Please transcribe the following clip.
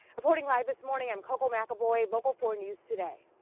reporting live this morning, i'm koco mcaboy, local four news today.